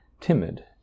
timid